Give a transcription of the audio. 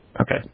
Okay